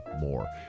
more